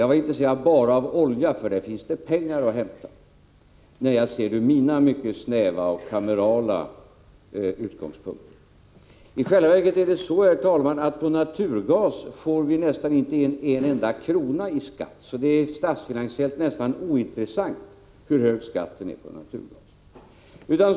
Jag var intresserad bara av olja, för där finns det pengar att hämta, när jag ser det från mina mycket snäva och kamerala utgångspunkter. I själva verket är det så, herr talman, att på naturgas får vi nästan inte in en enda krona i skatt, så det är statsfinansiellt praktiskt taget ointressant hur hög skatten är på naturgas.